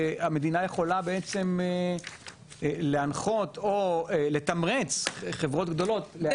המדינה יכולה להנחות או לתמרץ חברות גדולות להעסיק.